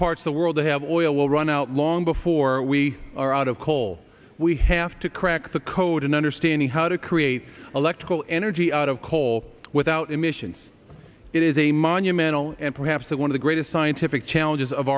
parts the world that have oil will run out long before we are out of coal we have to crack the code in understanding how to create electrical energy out of coal without emissions it is a monumental and perhaps one of the greatest scientific challenges of